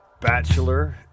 bachelor